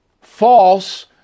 False